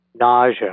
nausea